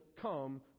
come